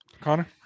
Connor